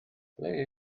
ble